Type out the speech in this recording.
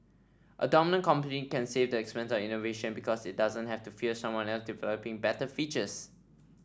a dominant company can save the expense of innovation because it doesn't have to fear someone else developing better features